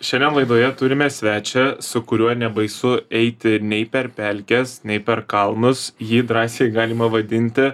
šiandien laidoje turime svečią su kuriuo nebaisu eiti nei per pelkes nei per kalnus jį drąsiai galima vadinti